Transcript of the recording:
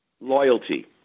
Loyalty